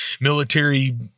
military